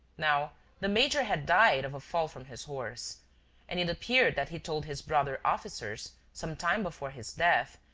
now the major had died of a fall from his horse and it appeared that he told his brother officers, some time before his death,